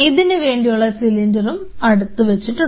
അതിനുവേണ്ടിയുള്ള സിലിണ്ടർ അടുത്ത് വെച്ചിട്ടുണ്ട്